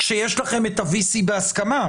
כשיש לכם את ה-V.C בהסכמה.